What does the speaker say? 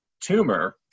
tumor